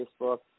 Facebook